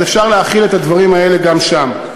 אז אפשר להחיל את הדברים האלה גם שם.